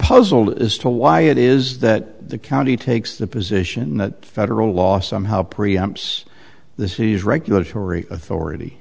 puzzled as to why it is that the county takes the position that federal law somehow pre amps the city's regulatory authority